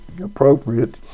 appropriate